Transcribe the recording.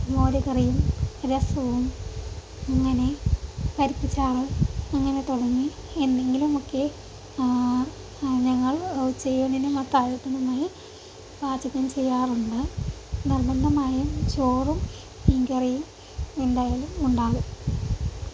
മോര് കറിയും രസവും അങ്ങനെ പരിപ്പ് ചാറ് അങ്ങനെ തുടങ്ങി എന്തെങ്കിലുമൊക്കെ ഞങ്ങൾ ഉച്ചയൂണിനും അത്താഴത്തിനുമായി പാചകം ചെയ്യാറുണ്ട് നിർബന്ധമായും ചോറും മീൻകറിയും എന്തായാലും ഉണ്ടാകും